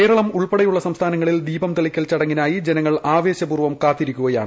കേരളം ഉൾപ്പെടെയുള്ള സംസ്ഥാനങ്ങളിൽ ദീപം തെളിക്കൽ ചടങ്ങിനായി ജനങ്ങൾ ആവേശപൂർവ്വം കാത്തിരിക്കുകയാണ്